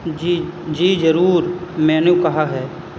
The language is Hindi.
जी जी जरुर मेन्यू कहाँ है